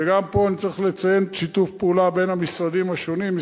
וגם פה אני צריך לציין את שיתוף הפעולה בין המשרדים השונים,